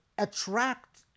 attract